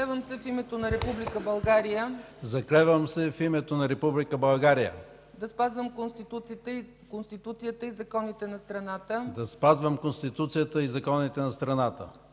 „Заклевам се в името на Република България да спазвам Конституцията и законите на страната